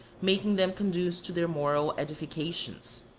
making them conduce to their moral edification.